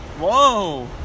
Whoa